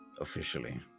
officially